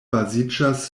baziĝas